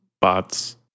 bots